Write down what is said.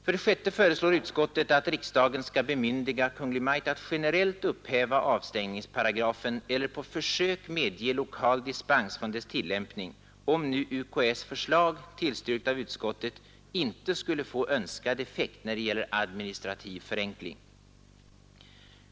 För det sjätte föreslår utskottet att riksdagen skall bemyndiga Kungl. Maj:t att generellt upphäva avstängningsparagrafen eller på försök medge lokal dispens från dess tillämpning, om nu UKÄ:s förslag, tillstyrkt av utskottet, inte skulle få önskad effekt när det gäller administrativ förenkling.